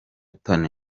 tony